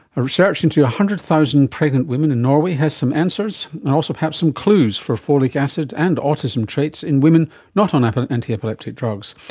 a research into one hundred thousand pregnant women in norway has some answers, and also perhaps some clues for folic acid and autism traits in women not on antiepileptic drugs.